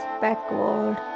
backward